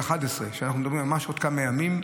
אנחנו מדברים ממש על עוד כמה ימים,